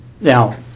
Now